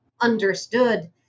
understood